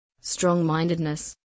strong-mindedness